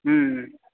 हुँ हुँ